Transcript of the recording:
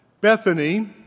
Bethany